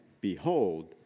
Behold